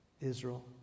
Israel